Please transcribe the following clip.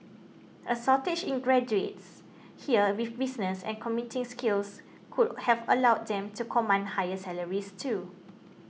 a shortage in graduates here with business and computing skills could have allowed them to command higher salaries too